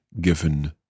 given